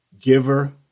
giver